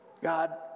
God